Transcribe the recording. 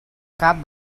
cap